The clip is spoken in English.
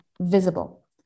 visible